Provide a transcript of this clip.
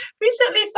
recently